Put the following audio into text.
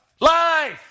life